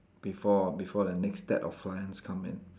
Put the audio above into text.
before before the next stack of clients come in